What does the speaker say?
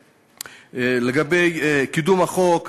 לגבי קידום החוק,